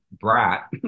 brat